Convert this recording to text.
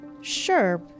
Sure